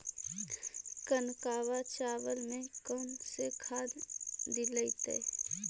कनकवा चावल में कौन से खाद दिलाइतै?